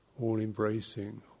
all-embracing